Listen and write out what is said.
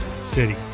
City